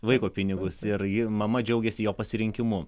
vaiko pinigus ir ir mama džiaugiasi jo pasirinkimu